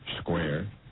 square